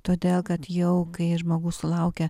todėl kad jau kai žmogus sulaukia